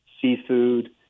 seafood